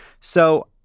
So-